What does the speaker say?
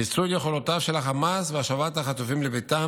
חיסול יכולותיו של חמאס והשבת החטופים לביתם,